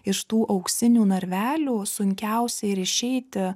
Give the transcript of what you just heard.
iš tų auksinių narvelių sunkiausia ir išeiti